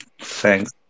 Thanks